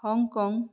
Hong Kong